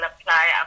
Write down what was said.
apply